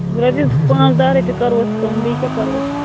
رۅپٮ۪س پانٛژھ دَہ رۄپیہِ کَرہوٚس کَم بیٚیہِ کیٛاہ کَرہوٚس